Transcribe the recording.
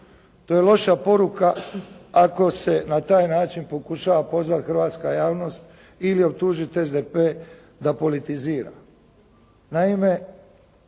To je loša poruka ako se na taj način pokušava pozvati hrvatska javnost ili optužiti SDP da politizira. Naime,